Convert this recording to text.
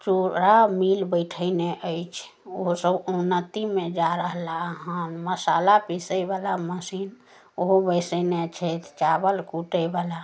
चूड़ा मिल बैठेने अछि ओसभ उन्नतिमे जा रहला हन मसाला पिसैवला मशीन ओहो बैसेने छथि चावल कुटैवला